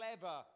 clever